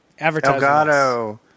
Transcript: Elgato